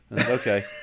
Okay